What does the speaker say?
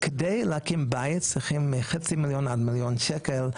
כדי להקים בית צריכים חצי מיליון עד מיליון שקלים.